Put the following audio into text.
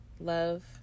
love